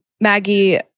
Maggie